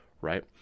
right